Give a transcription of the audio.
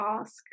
ask